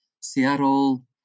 Seattle